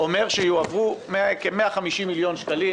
אומר שיועברו כ-150 מיליון שקלים,